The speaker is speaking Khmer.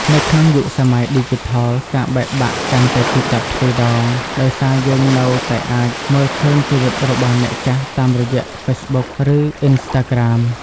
នៅក្នុងយុគសម័យឌីជីថល ការបែកបាក់កាន់តែឈឺចាប់ទ្វេដង ដោយសារយើងនៅតែអាចមើលឃើញជីវិតរបស់អ្នកចាស់តាមរយៈ Facebook ឬ Instagram។